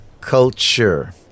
culture